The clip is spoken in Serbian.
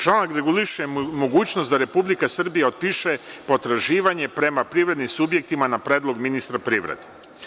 Član reguliše mogućnost da Republika Srbija otpiše potraživanje prema privrednim subjektima na predlog ministra privrede.